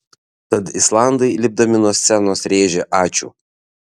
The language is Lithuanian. tad islandai lipdami nuo scenos rėžė ačiū